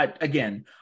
Again